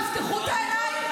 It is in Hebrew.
תפתחו את העיניים,